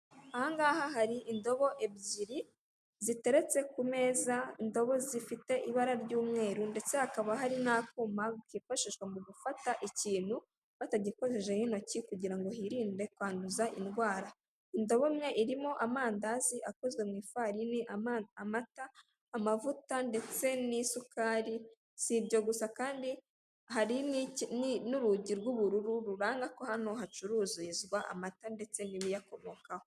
Aha ngaha hari indobo ebyiri ziteretse ku meza indobo zifite ibara ry'umweru ndetse hakaba hari n'akuma kifashishwa mu gufata ikintu bata gikojejeho intoki kugira ngo hirinde kwanduza indwara indobo irimo amandazi akozwe mu ifarini, amata, amavuta ndetse n'isukari si ibyo gusa kandi hari ni nurugi rw'ubururu rubana ko hano hacuruzirizwa amata ndetse n'ibiyakomokaho.